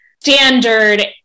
standard